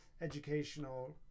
educational